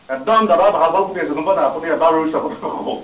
একদম দাদা ভাল ভাল গুটি আছে গম পাইনে নাই আপুনি এবাৰ ৰুই চাব